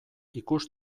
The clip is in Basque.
ikus